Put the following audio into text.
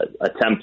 attempt